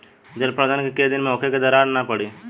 जल प्रबंधन केय दिन में होखे कि दरार न पड़ी?